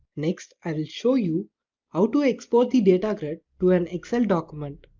next i will show you how to export the data grid to an excel document.